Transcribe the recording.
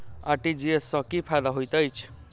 RTGS सँ की फायदा होइत अछि?